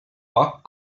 poc